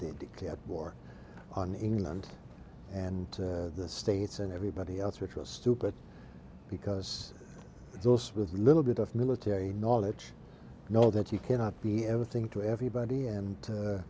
did declare war on england and the states and everybody else which was stupid because those with little bit of military knowledge know that you cannot be everything to everybody and